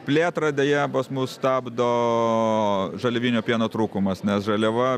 plėtrą deja pas mus stabdo žaliavinio pieno trūkumas nes žaliava